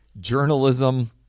journalism